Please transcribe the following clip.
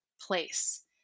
place